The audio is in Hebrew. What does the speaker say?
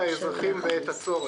שנה.